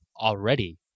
already